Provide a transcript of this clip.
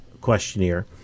questionnaire